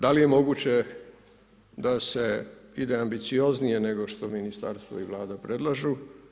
Da li je moguće da se ide ambicioznije nego što ministarstvo i Vlada predlažu?